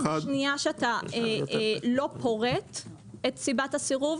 בשנייה שאתה לא פורט את סיבת הסירוב,